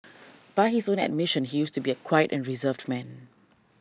by his own admission he used to be a quiet and reserved man